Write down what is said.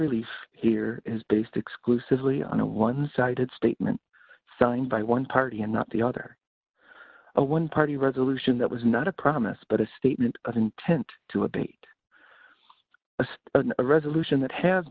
relief here is based exclusively on a one sided statement signed by one party and not the other a one party resolution that was not a promise but a statement of intent to abate as a resolution that ha